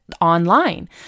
online